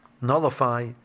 nullify